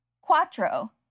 quattro